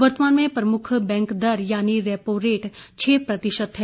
वर्तमान में प्रमुख बैंक दर यानी रेपो रेट छह प्रतिशत है